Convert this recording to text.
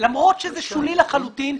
למרות שזה שולי לחלוטין,